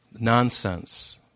Nonsense